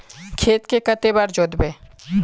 खेत के कते बार जोतबे?